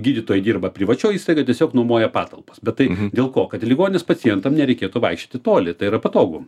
gydytojai dirba privačioj įstaigoj tiesiog nuomoja patalpas bet tai dėl ko kad į ligonines pacientam nereikėtų vaikščioti toli tai yra patogu